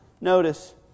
Notice